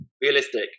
realistic